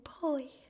boy